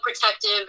protective